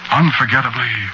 unforgettably